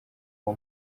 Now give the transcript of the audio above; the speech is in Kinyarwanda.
uwo